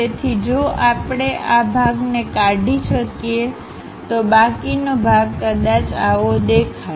તેથી જો આપણે આ ભાગને કાઢી શકીએ તો બાકીનો ભાગ કદાચ આવો દેખાય